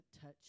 touch